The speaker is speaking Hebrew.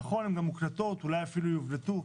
נכון, הן גם מוקלטות, אולי אפילו הן יובלטו.